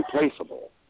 replaceable